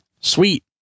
sweet